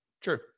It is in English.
True